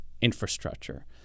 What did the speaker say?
Infrastructure